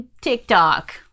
TikTok